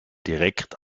direkt